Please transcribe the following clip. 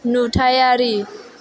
नुथायारि